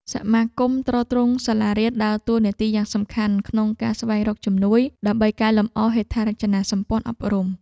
សមាគមទ្រទ្រង់សាលារៀនដើរតួនាទីយ៉ាងសំខាន់ក្នុងការស្វែងរកជំនួយ ដើម្បីកែលម្អហេដ្ឋារចនាសម្ព័ន្ធអប់រំ។